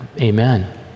Amen